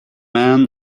man